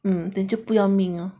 (mm)then 就不要命 lor